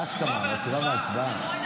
לא הסכמה, תשובה והצבעה.